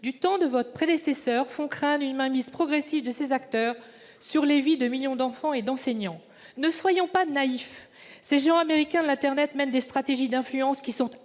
du temps de votre prédécesseur fait craindre une mainmise progressive de ces acteurs sur la vie de millions d'enfants et d'enseignants. Ne soyons pas naïfs ! Ces géants américains de l'internet mènent des stratégies d'influence avérées